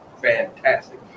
fantastic